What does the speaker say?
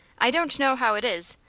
i don't know how it is,